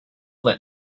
that